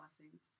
Blessings